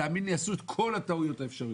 ותאמין לי, עשו את כל הטעויות האפשריות.